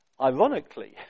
ironically